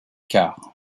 car